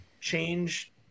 change